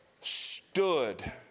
stood